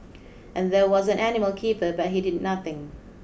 and there was an animal keeper but he did nothing